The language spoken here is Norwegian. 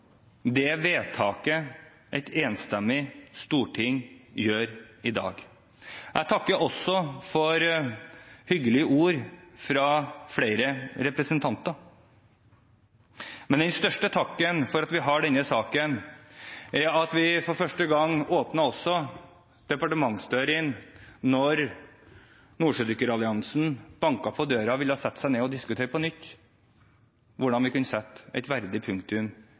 det vedtaket et enstemmig storting gjør i dag. Jeg takker også for hyggelige ord fra flere representanter, men det som gir størst grunn til å takke for at vi har denne saken, er at vi for første gang åpnet departementsdørene da Nordsjødykkeralliansen banket på døren og ville sette seg ned og diskutere på nytt hvordan vi kunne sette et verdig punktum